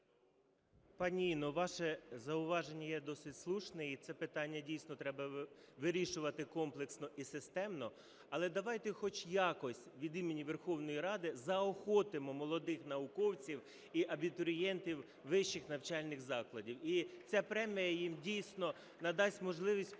Пані Інно, ваше зауваження є досить слушне, і це питання дійсно треба вирішувати комплексно і системно. Але давайте хоч якось від імені Верховної Ради заохотимо молодих науковців і абітурієнтів вищих навчальних закладів, і ця премія їм дійсно надасть можливість у